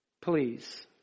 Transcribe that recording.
Please